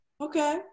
Okay